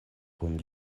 kun